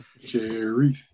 Jerry